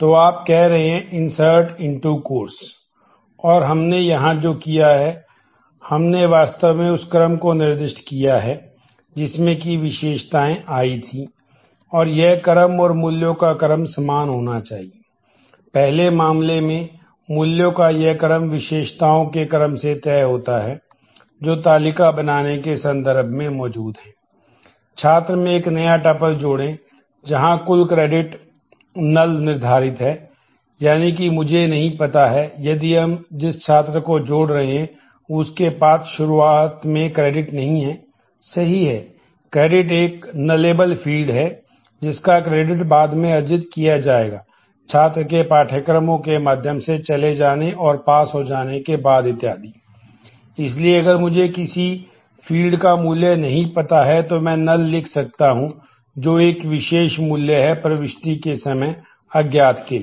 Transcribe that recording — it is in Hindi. तो आप कह रहे हैं इंसर्ट इनटू कोर्स लिख सकता हूं जो एक विशेष मूल्य है प्रविष्टि के समय अज्ञात के लिए